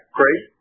great